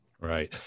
Right